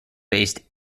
based